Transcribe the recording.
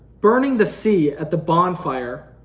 burning the sea at the bonfire,